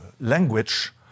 language